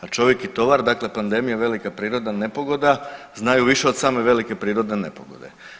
A čovik i tovar, dakle pandemija velika prirodna nepogoda znaju više od same velike prirodne nepogode.